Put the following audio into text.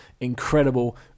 incredible